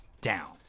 down